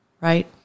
right